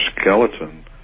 skeleton